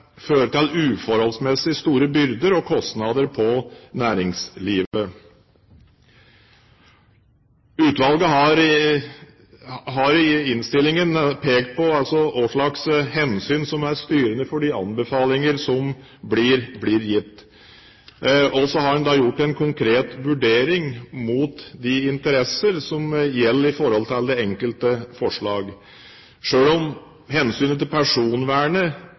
til uforholdsmessig store byrder og kostnader på næringslivet. Utvalget har i innstillingen pekt på hva slags hensyn som er styrende for de anbefalinger som blir gitt. Så har en gjort en konkret vurdering mot de interesser som gjelder i forhold til de enkelte forslag. Selv om hensynet til personvernet